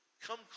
come